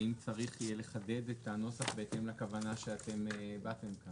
האם צריך יהיה לחדד את הנוסח בהתאם לכוונה שאתם הבעתם כאן.